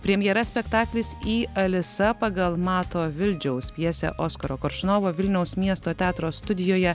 premjera spektaklis y alisa pagal mato vildžiaus pjesę oskaro koršunovo vilniaus miesto teatro studijoje